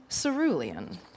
cerulean